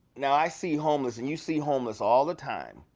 now i see homeless, and you see homeless all the time,